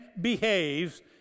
behaves